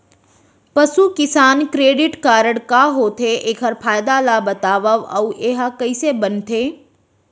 पसु किसान credit card का होथे, एखर फायदा ला बतावव अऊ एहा कइसे बनथे?